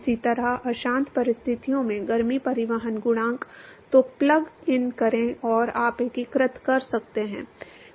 इसी तरह अशांत परिस्थितियों में गर्मी परिवहन गुणांक तो प्लग इन करें और आप एकीकृत कर सकते हैं